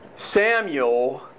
Samuel